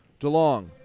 DeLong